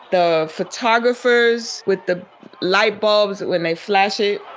the photographers with the light bulbs when they flash it